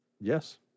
Yes